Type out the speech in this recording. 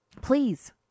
please